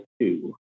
two